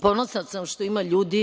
Ponosna sam što ima ljudi